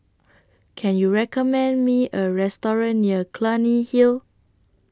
Can YOU recommend Me A Restaurant near Clunny Hill